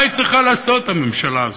מה היא צריכה לעשות, הממשלה הזאת?